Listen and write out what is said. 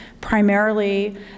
primarily